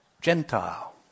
Gentile